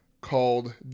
called